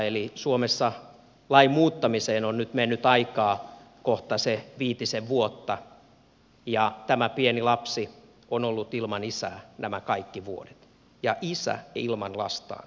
eli suomessa lain muuttamiseen on mennyt aikaa kohta viitisen vuotta ja tämä pieni lapsi on ollut ilman isää kaikki nämä vuodet ja isä ilman lastaan kaikki nämä vuodet